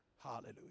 Hallelujah